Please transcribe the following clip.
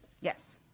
Yes